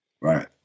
Right